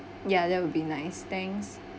ya that will be nice thanks